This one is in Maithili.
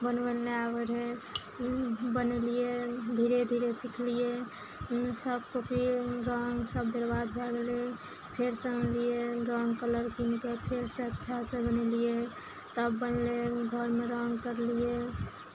बनबय लए नहि आबय रहय बनेलियै धीरे धीरे सिखलियै सब कॉपी रङ्ग सब बर्बाद भए गेलय फेरसँ अनलियै रङ्ग कलर कीनिकऽ फेरसँ अच्छासँ बनेलियै तब बनलइ घरमे रङ्ग करलियै